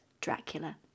Dracula